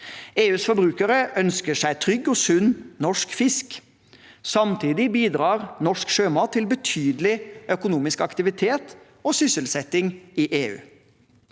EUs forbrukere ønsker seg trygg og sunn norsk fisk. Samtidig bidrar norsk sjømat til betydelig økonomisk aktivitet og sysselsetting i EU.